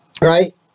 right